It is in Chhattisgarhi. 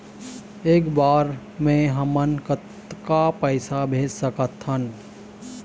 एक बर मे हमन कतका पैसा भेज सकत हन?